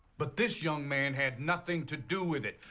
but this young man had nothing to do with it.